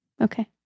Okay